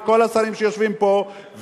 וכל השרים שיושבים פה,